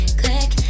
click